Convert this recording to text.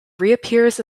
reappears